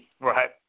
Right